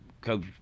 Coach